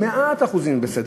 ה-100% הם בסדר.